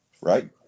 right